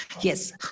Yes